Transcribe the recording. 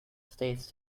stays